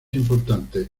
importante